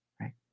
right